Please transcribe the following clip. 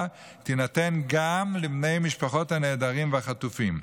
תינתן גם לבני משפחות הנעדרים והחטופים.